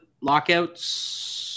lockouts